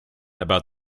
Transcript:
about